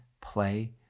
play